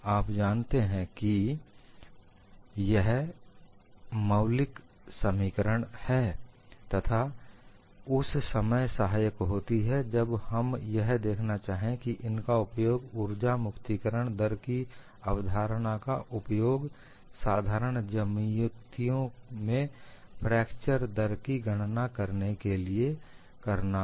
आप जानते हैं यह मौलिक समीकरण हैं तथा उस समय सहायक होती हैं जब हम यह देखना चाहें कि इनका उपयोग उर्जा मुक्तिकरण दर की अवधारणा का उपयोग साधारण ज्यामितियों में फ्रैक्चर दर की गणना के लिए करना हो